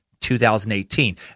2018